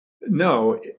No